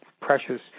precious